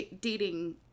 dating